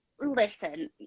listen